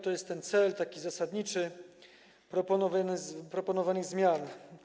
To jest ten cel, taki zasadniczy, proponowanych zmian.